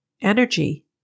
Energy